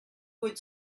would